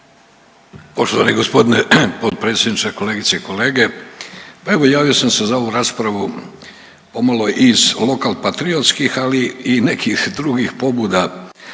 Poštovani g. potpredsjedniče, kolegice i kolege. Pa evo javio sam se za ovu raspravu pomalo iz lokalpatriotskih, ali i nekih drugih pobuda.